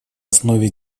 основе